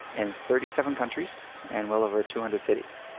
in thirty seven countries, and well over two hundred cities.